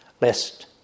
lest